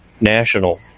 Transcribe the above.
national